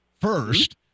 first